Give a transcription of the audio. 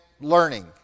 learning